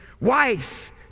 wife